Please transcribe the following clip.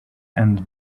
and